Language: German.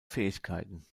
fähigkeiten